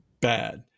bad